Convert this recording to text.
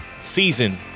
season